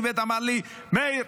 ואיווט אמר לי: מאיר,